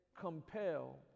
Compel